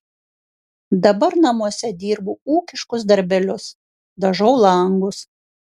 dabar namuose dirbu ūkiškus darbelius dažau langus